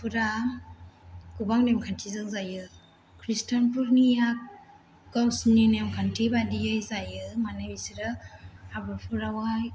हाबाफोरा गोबां नेम खान्थिजों जायो खृस्तानफोरनिया गावसोरनि नेम खान्थि बायदियै जायो माने बिसोरो हाबाफोरावहाय